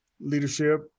leadership